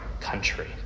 country